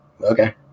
okay